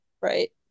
right